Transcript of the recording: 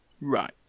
Right